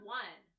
one